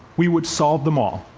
we would solve them all,